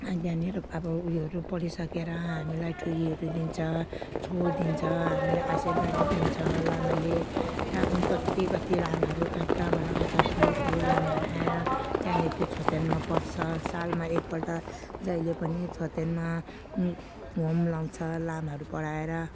त्यहाँनिर अब उयोहरू पढिसकेर हामीलाई ठुईहरू दिन्छ छो दिन्छ हामीलाई आशीर्वाद दिन्छ लामाले हामी कत्ति कत्ति लामाहरू कहाँ कहाँबाट आउँछ ठुलोठुलो लामाहरू आएर त्यहाँनिर त्यो छोर्तेनमा पढ्छ सालमा एकपल्ट जहिले पनि छोर्तेनमा होम लाउँछ लामाहरू पढाएर